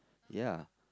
ya